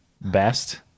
best